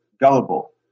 gullible